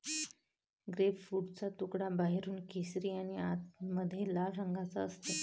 ग्रेपफ्रूटचा तुकडा बाहेरून केशरी आणि आतमध्ये लाल रंगाचा असते